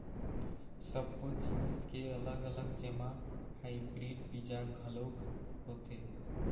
सब्बो जिनिस के अलग अलग जेमा हाइब्रिड बीजा घलोक होथे